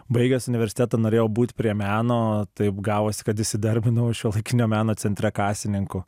baigęs universitetą norėjau būt prie meno taip gavosi kad įsidarbinau šiuolaikinio meno centre kasininku